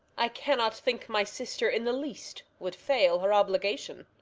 i cannot think my sister in the least would fail her obligation.